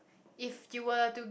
if you were too